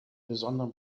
besonderen